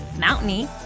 mountainy